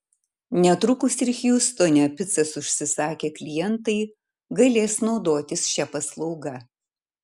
netrukus ir hjustone picas užsisakę klientai galės naudotis šia paslauga